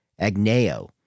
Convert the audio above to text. agneo